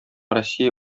россия